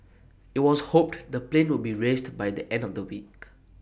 IT was hoped the plane would be raised by the end of the week